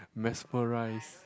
mesmerised